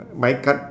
my card